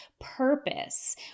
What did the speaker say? purpose